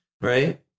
right